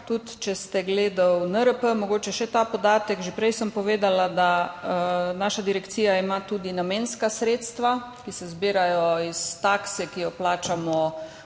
Če ste gledali v NRP, mogoče še ta podatek. Že prej sem povedala, da ima naša direkcija tudi namenska sredstva, ki se zbirajo iz takse, ki jo plačamo ob